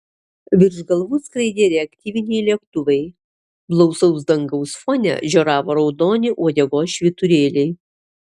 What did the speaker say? virš galvų skraidė reaktyviniai lėktuvai blausaus dangaus fone žioravo raudoni uodegos švyturėliai